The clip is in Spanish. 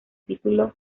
título